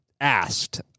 asked